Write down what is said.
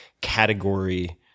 category